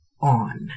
On